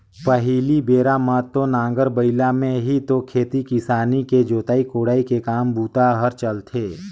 पहिली बेरा म तो नांगर बइला में ही तो खेती किसानी के जोतई कोड़ई के काम बूता हर चलथे